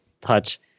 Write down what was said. touch